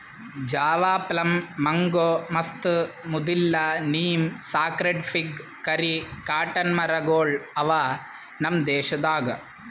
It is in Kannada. ಜಾವಾ ಪ್ಲಮ್, ಮಂಗೋ, ಮಸ್ತ್, ಮುದಿಲ್ಲ, ನೀಂ, ಸಾಕ್ರೆಡ್ ಫಿಗ್, ಕರಿ, ಕಾಟನ್ ಮರ ಗೊಳ್ ಅವಾ ನಮ್ ದೇಶದಾಗ್